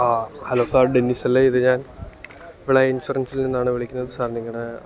ആ hello sir ഡെന്നിസല്ലേ ഇത് ഞാൻ വിള ഇൻഷുറൻസിൽ നിന്നാണ് വിളിക്കുന്നത് സാർ നിങ്ങളുടെ